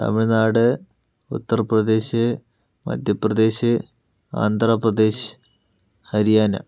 Tamil Nadu Uttar Pradesh Madhya Pradesh Andhra Pradesh Haryana